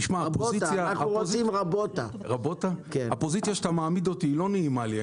הפוזיציה שאתה מעמיד אותי, היא לא נעימה לי.